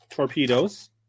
Torpedoes